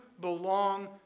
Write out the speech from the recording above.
belong